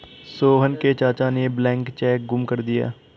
सोहन के चाचा ने ब्लैंक चेक गुम कर दिया